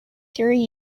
three